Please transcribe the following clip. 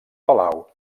palau